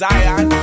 Zion